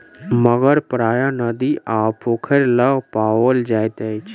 मगर प्रायः नदी आ पोखैर लग पाओल जाइत अछि